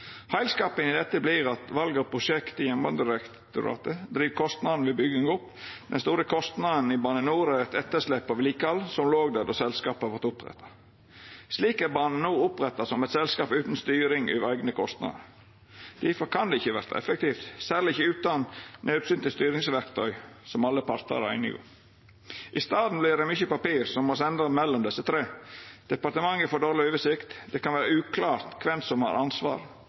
i dette vert at val av prosjekt i Jernbanedirektoratet driv kostnaden ved bygging opp. Den store kostnaden i Bane NOR er eit etterslep av vedlikehald som låg der då selskapet vart oppretta. Slik er Bane NOR oppretta som eit selskap utan styring over eigne kostnader. Difor kan det ikkje verta effektivt, særleg ikkje utan naudsynte styringsverktøy, som alle partar er einige om. I staden vert det mykje papir som må sendast mellom desse tre. Departementet får dårleg oversikt; det kan vera uklart kven som har ansvar.